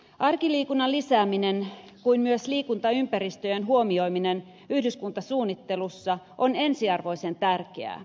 arkiliikunnan lisääminen kuin myös liikuntaympäristöjen huomioiminen yhdyskuntasuunnittelussa on ensiarvoisen tärkeää